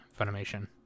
Funimation